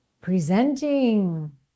Presenting